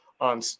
on